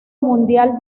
mundial